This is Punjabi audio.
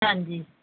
ਹਾਂਜੀ